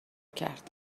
کرد